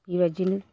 बेबायदिनो